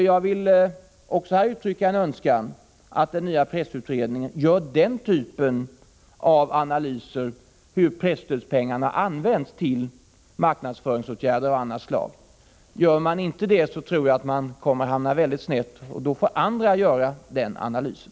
Jag vill här uttrycka en önskan att den nya presstödsutredningen också analyserar hur presstödspengarna används till marknadsföring och åtgärder av annat slag. Om presstödsutredningen inte gör det, tror jag att man kommer att hamna mycket snett, och då får andra göra den analysen.